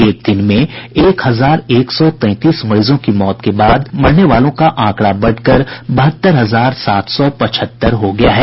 एक दिन में एक हजार एक सौ तैंतीस मरीजों की मौत के साथ ही मरने वालों का आंकड़ा बढ़कर बहत्तर हजार सात सौ पचहत्तर हो गया है